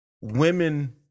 women